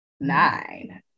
nine